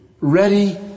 ready